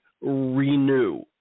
renew